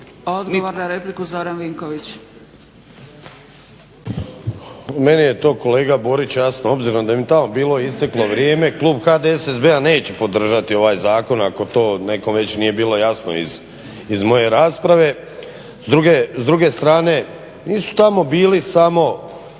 Odgovor na repliku, Zoran Vinković.